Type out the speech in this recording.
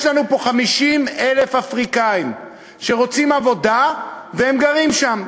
יש לנו פה 50,000 אפריקנים שרוצים עבודה והם גרים שם.